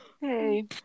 Hey